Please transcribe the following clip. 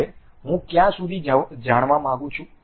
હવે હું ક્યાં સુધી જાણવા માંગું છું